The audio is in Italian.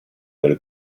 delle